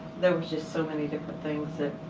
there was just so many different things that